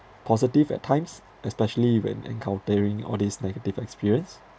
positive at times especially when encountering all these negative experience